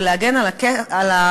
ולהגן על הנגב,